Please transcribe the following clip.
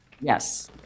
Yes